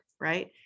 right